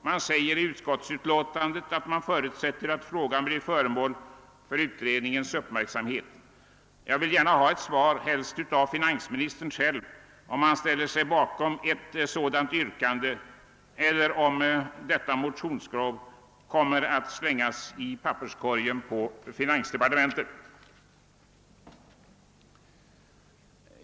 Det sägs nämligen i utskottets utlåtande att man förutsätter att den frågan blir föremål för utredningens uppmärksamhet. Jag vill gärna ha svar, helst av finansministern själv, om man ställer sig bakom detta yrkande eller om motionskravet kommer att slängas i en papperskorg på finansdepartementet.